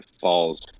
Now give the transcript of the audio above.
falls